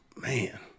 Man